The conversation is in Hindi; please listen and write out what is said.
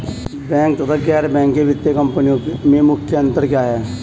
बैंक तथा गैर बैंकिंग वित्तीय कंपनियों में मुख्य अंतर क्या है?